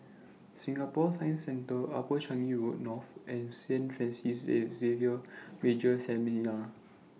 Singapore Science Centre Upper Changi Road North and Saint Francis Xavier Major Seminary